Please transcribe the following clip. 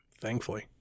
Thankfully